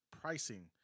Pricing